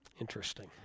Interesting